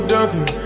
Duncan